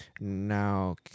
now